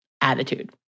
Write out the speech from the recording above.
attitude